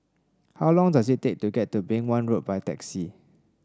how long does it take to get to Beng Wan Road by taxi